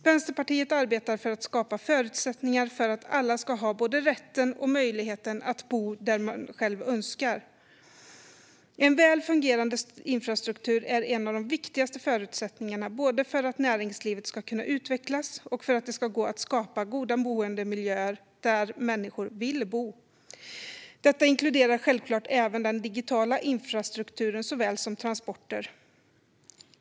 Vänsterpartiet arbetar för att skapa förutsättningar för att alla ska ha både rätten och möjligheten att bo där man själv önskar. En väl fungerande infrastruktur är en av de viktigaste förutsättningarna både för att näringslivet ska kunna utvecklas och för att det ska gå att skapa goda boendemiljöer där människor vill bo. Detta inkluderar självklart även den digitala infrastrukturen såväl som transporter.